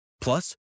Plus